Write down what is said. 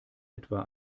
etwa